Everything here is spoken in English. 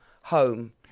home